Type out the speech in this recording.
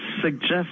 suggest